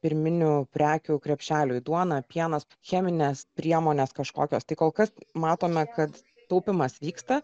pirminių prekių krepšeliui duona pienas cheminės priemonės kažkokios tai kol kas matome kad taupymas vyksta